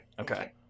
Okay